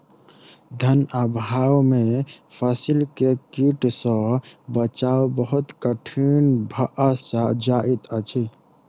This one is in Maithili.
धन अभाव में फसील के कीट सॅ बचाव बहुत कठिन भअ जाइत अछि